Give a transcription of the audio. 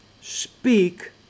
Speak